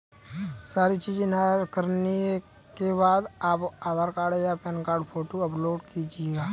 सारी चीजें करने के बाद आप आधार कार्ड या पैन कार्ड फोटो अपलोड कीजिएगा